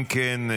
אם כן,